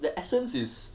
the essence is